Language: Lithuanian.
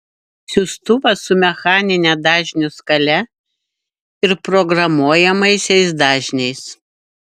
siųstuvas su mechanine dažnių skale ir programuojamaisiais dažniais